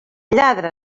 lladre